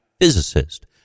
physicist